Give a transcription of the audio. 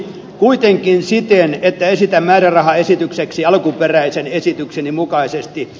kuitenkin siten että esitä määrärahaesitykseksi alkuperäisen esityksen mukaisesti